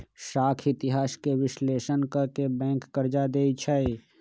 साख इतिहास के विश्लेषण क के बैंक कर्जा देँई छै